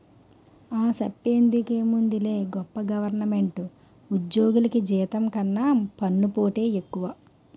ఆ, సెప్పేందుకేముందిలే గొప్ప గవరమెంటు ఉజ్జోగులికి జీతం కన్నా పన్నుపోటే ఎక్కువ